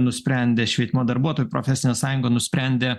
nusprendė švietimo darbuotojų profesinė sąjunga nusprendė